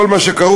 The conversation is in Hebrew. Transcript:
וכל מה שכרוך,